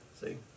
See